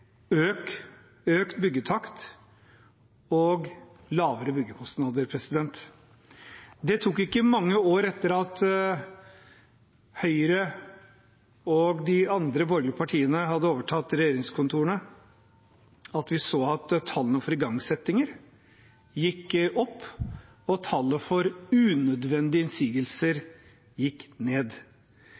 økt byggetakt og lavere byggekostnader. Det tok ikke mange år etter at Høyre og de andre borgerlige partiene hadde overtatt regjeringskontorene, til vi så at tallene for igangsettinger gikk opp, og at tallene for unødvendige innsigelser gikk ned.